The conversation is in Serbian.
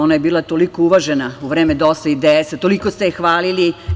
Ona je bila toliko uvažena u vreme DOS-a i DS-a, toliko ste je hvalili.